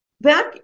back